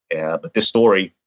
and but this story,